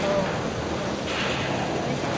औ औ लांफै